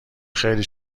خیلی